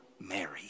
Mary